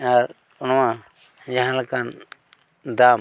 ᱟᱨ ᱚᱱᱟ ᱡᱟᱦᱟᱸ ᱞᱮᱠᱟᱱ ᱫᱟᱢ